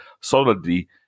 solidly